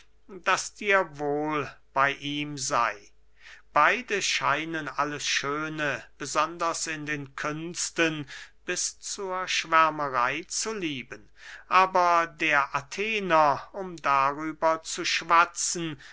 daß dir wohl bey ihm sey beide scheinen alles schöne besonders in den künsten bis zur schwärmerey zu lieben aber der athener um darüber zu schwatzen